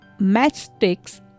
matchsticks